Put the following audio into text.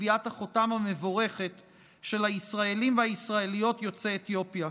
טביעת החותם המבורכת של הישראלים והישראליות יוצאי אתיופיה: